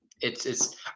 it's—it's